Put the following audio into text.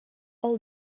all